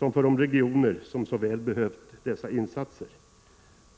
men för de regioner som så väl behövt dessa insatser.